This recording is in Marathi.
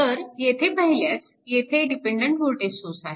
तर येथे पाहिल्यास येथे डिपेन्डन्ट वोल्टेज सोर्स आहे